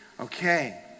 Okay